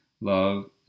Love